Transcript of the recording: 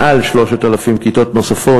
מעל 3,000 כיתות נוספות.